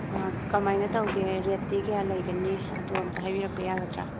ꯀꯃꯥꯏꯅ ꯇꯧꯒꯦ ꯔꯦꯠꯇꯤ ꯀꯌꯥ ꯂꯩꯒꯅꯤ ꯑꯗꯨ ꯑꯦꯝꯇ ꯍꯥꯏꯕꯤꯔꯛꯄ ꯌꯥꯒꯗ꯭ꯔꯥ